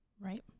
Right